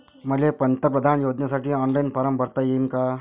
मले पंतप्रधान योजनेसाठी ऑनलाईन फारम भरता येईन का?